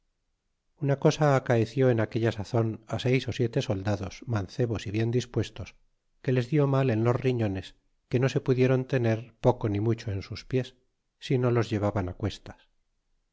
una cosa acaeció en aquella sazon seis ó siete soldados mancebos y bien dispuestos que les dió mal en los riñones que no se pudiéron tener poco ni mucho en sus pies si no los llevaban cuestas